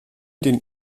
dem